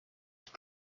ich